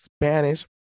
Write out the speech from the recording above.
Spanish